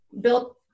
built